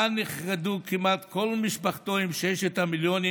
שבה נכחדו כמעט כל משפחתו עם ששת המיליונים